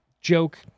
joke